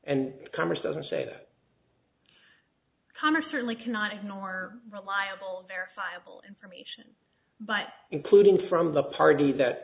and congress doesn't say that congress really cannot ignore reliable verifiable information but including from the party that